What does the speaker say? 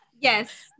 Yes